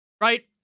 right